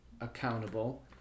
accountable